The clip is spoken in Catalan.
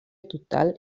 total